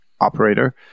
operator